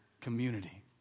community